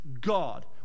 God